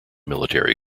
military